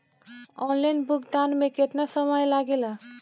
Online भुगतान में केतना समय लागेला?